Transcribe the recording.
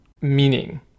meaning